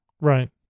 Right